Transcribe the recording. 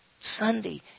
Sunday